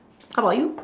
how about you